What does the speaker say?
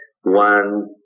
one